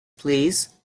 please